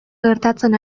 gertatzen